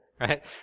right